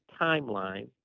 timeline